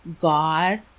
God